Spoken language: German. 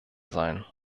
sein